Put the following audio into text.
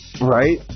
Right